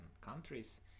countries